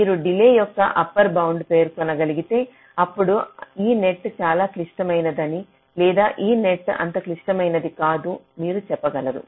మీరు డిలే యొక్క upper bound పేర్కొనగలిగితే అప్పుడు ఈ నెట్ చాలా క్లిష్టమైనదని లేదా ఈ నెట్ అంత క్లిష్టమైనది కాదు మీరు చెప్పగలరు